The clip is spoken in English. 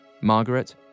Margaret